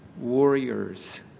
warriors